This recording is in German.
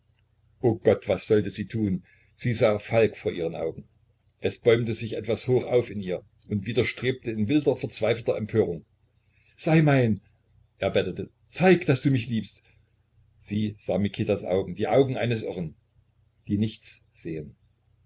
o gott was sollte sie tun sie sah falk vor ihren augen es bäumte sich etwas hoch auf in ihr und widerstrebte in wilder verzweifelter empörung sei mein er bettelte zeig daß du mich liebst sie sah mikitas augen die augen eines irren die nichts sehen